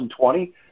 2020